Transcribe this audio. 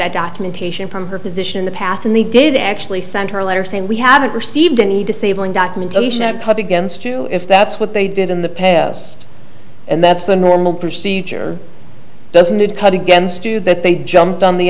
received documentation from her position in the past and they did actually send her a letter saying we haven't received any disabling documents against you if that's what they did in the past and that's the normal procedure doesn't cut against you that they jumped on the